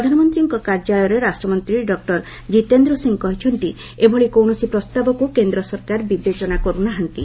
ପ୍ରଧାନମନ୍ତ୍ରୀଙ୍କ କାର୍ଯ୍ୟାଳୟରେ ରାଷ୍ଟ୍ରମନ୍ତ୍ରୀ ଡକ୍ଟର ଜିତେନ୍ଦ୍ର ସିଂହ କହିଛନ୍ତି ଏଭଳି କୌଣସି ପ୍ରସ୍ତାବକୁ କେନ୍ଦ୍ର ସରକାର ବିବେଚନା କରୁନାହାନ୍ତି